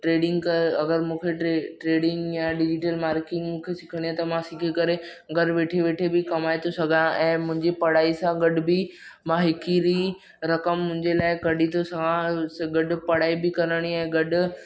trading क अगरि मूंखे ट्रे ट्रेडिंग या डिजीटल मार्किंग सिखणी आहे त मां सिखी करे घर वेठे वेठे बि कमाए थो सघां ऐं मुंहिंजी पढ़ाई सां गॾु बि मां हिकिड़ी रक़म मुंहिंजे लाइ कढी थो सघां गॾु पढ़ाई बि करिणी आहे गॾु